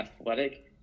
athletic